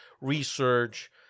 research